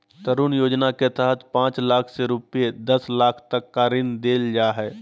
तरुण योजना के तहत पांच लाख से रूपये दस लाख तक का ऋण देल जा हइ